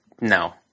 no